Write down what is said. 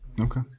Okay